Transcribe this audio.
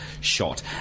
shot